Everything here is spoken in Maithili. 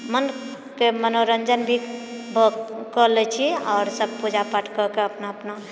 मनके मनोरञ्जन भी भए कऽ लए छियै आओर पूजा पाठ कए कऽ अपना अपना